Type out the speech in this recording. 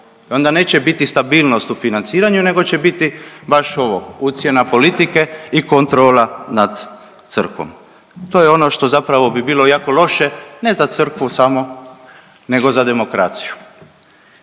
onda neće biti stabilnost u financiranju, nego će biti baš ovo ucjena politike i kontrola nad crkvom. To je ono što zapravo bi bilo jako loše ne za crkvu samo, nego za demokraciju.